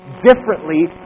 differently